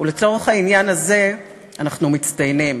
ולצורך העניין הזה אנחנו מצטיינים,